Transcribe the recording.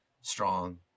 strong